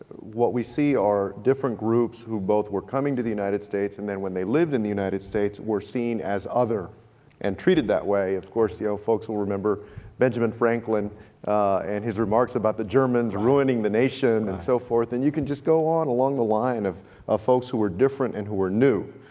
what we see are different groups who both were coming to the united states and then when they lived in the united states were seen as other and treated that way. of course, you know, ah folks will remember benjamin franklin and his remarks about the germans ruining the nation and so forth, and you can just go on along the line of ah folks who were different and who were new.